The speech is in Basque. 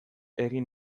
egin